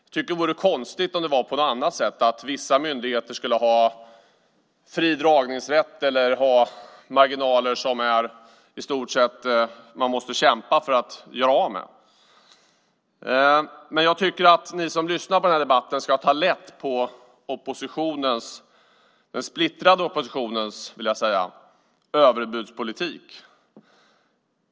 Jag tycker att det vore konstigt om det skulle vara på något annat sätt, att vissa myndigheter skulle ha fri dragningsrätt eller ha marginaler som man i stort sett måste kämpa för att göra av med. Jag tycker att ni som lyssnar på den här debatten ska ta lätt på oppositionens, den splittrade oppositionens vill jag säga, överbudspolitik.